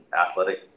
athletic